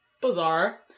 Bizarre